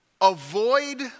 Avoid